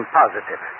positive